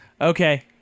Okay